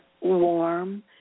warm